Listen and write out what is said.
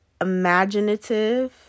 imaginative